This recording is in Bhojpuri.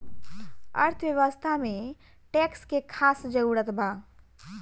अर्थव्यवस्था में टैक्स के खास जरूरत बा